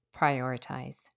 prioritize